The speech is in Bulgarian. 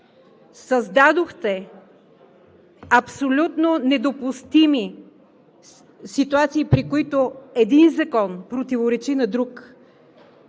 Създадохте абсолютно недопустими ситуации, при които един закон противоречи на друг,